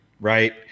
right